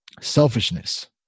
Selfishness